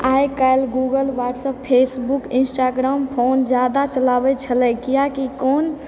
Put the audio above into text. आइकाल्हि Google WhatsApp Facebook Instagram phone जादा चलाबैत छलय किआकि कोन